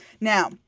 Now